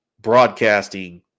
broadcasting